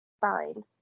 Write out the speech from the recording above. fine